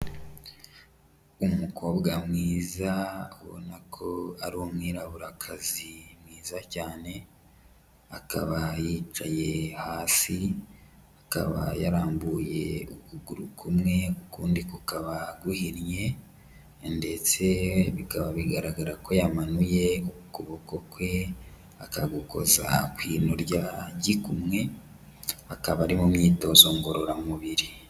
Umukobwa mwiza ubona ko ari umwiraburakazi mwiza cyane, akaba yicaye hasi, akaba yarambuye ukuguru kumwe ukundi kukaba guhinnye, ndetse bikaba bigaragara ko yamanuye ukuboko kwe, akagukoza ku ino rya gikumwe. Akaba ari mu myitozo ngororamubiri.